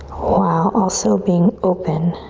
while also being open